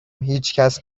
هیچکس